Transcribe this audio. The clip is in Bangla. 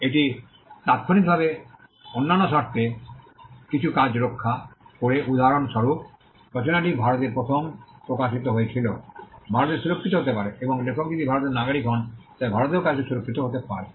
এটি তাত্ক্ষণিকভাবে অন্যান্য শর্তে কিছু কাজ রক্ষা করে উদাহরণস্বরূপ রচনাটি ভারতে প্রথম প্রকাশিত হয়েছিল ভারতে সুরক্ষিত হতে পারে এবং লেখক যদি ভারতের নাগরিক হন তবে ভারতেও কাজটি সুরক্ষিত হতে পারে